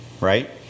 right